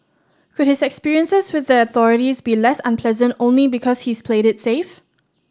could his experiences with the authorities be less unpleasant only because he's played it safe